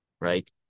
right